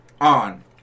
on